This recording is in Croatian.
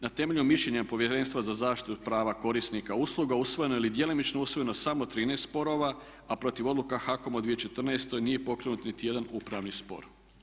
Na temelju mišljenja Povjerenstva za zaštitu prava korisnika usluga usvojeno je ili je djelomično usvojeno samo 13 sporova, a protiv odluka HAKOM-a u 2014. nije pokrenut niti jedan upravni spor.